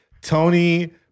Tony